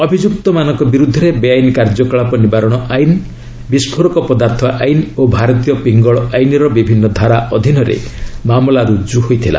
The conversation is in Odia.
ଅଭିଯୁକ୍ତମାନଙ୍କ ବିରୁଦ୍ଧରେ ବେଆଇନ୍ କାର୍ଯ୍ୟକଳାପ ନିବାରଣ ଆଇନ୍ ବିସ୍କୋରକ ପଦାର୍ଥ ଆଇନ୍ ଓ ଭାରତୀୟ ପିଙ୍ଗଳ ଆଇନ୍ର ବିଭିନ୍ନ ଧାରା ଅଧୀନରେ ମାମଲା ରୁକ୍ ହୋଇଥିଲା